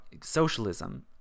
socialism